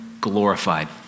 glorified